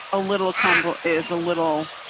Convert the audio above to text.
a little kind of ah is a little,